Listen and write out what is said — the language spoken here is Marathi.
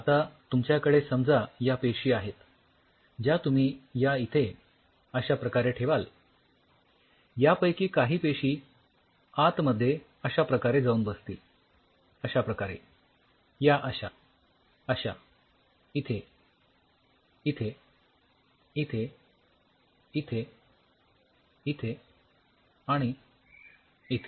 आता तुमच्याकडे समजा या पेशी आहेत ज्या तुम्ही या इथे अश्या प्रकारे ठेवाल यापैकी काही पेशी आतमध्ये अश्या प्रकारे जाऊन बसतील अश्या प्रकारे या अश्या अश्या इथे इथे इथे इथे इथे आणि इथे